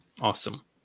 Awesome